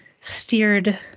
steered